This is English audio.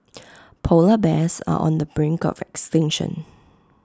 Polar Bears are on the brink of extinction